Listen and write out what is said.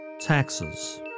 taxes